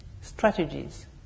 strategies